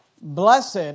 Blessed